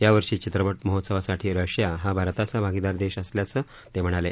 यावर्षी चित्रपट महोत्सवासाठी रशिया हा भारताचा भागीदार देश असल्याचं ते म्हणाले